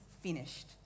finished